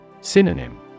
Synonym